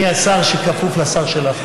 אני השר, שכפוף לשר שלך.